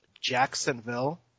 Jacksonville